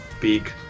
big